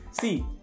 See